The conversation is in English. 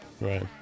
right